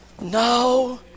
no